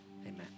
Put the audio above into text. Amen